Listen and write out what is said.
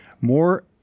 More